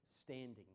standing